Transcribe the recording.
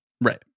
Right